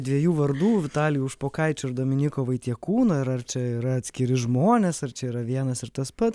dviejų vardų vitalijaus špokaičio ir dominyko vaitiekūno ir ar čia yra atskiri žmonės ar čia yra vienas ir tas pats